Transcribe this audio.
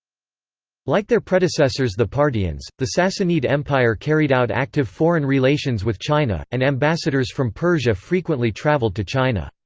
like their predecessors the parthians, the sassanid empire carried out active foreign relations with china, and ambassadors from persia frequently traveled to china.